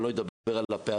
אני לא אדבר על הפערים.